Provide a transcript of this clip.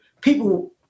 People